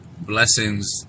blessings